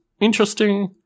interesting